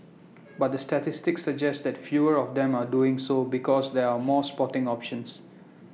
but the statistics suggest that fewer of them are doing so because there are more sporting options